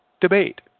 debate